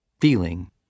feeling